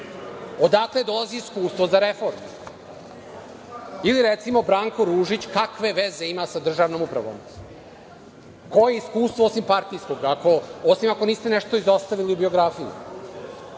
Odakle dolazi iskustvo za reformu? Ili, recimo, Branko Ružić kakve veze ima sa državnom upravom? Koje je iskustvo, osim partijskog? Osim ako niste nešto izostavili u biografiji. Evo,